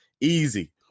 easy